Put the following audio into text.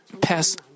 pass